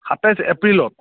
সাতাইছ এপ্ৰিলত